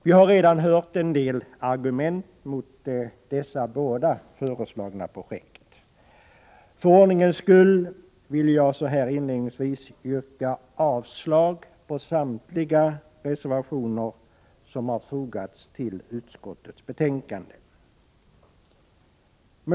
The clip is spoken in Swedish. Vi har redan hört en del argument mot dessa båda föreslagna projekt. För ordningens skull vill jag så här inledningsvis yrka avslag på samtliga reservationer som fogats till bostadsutskottets betänkande.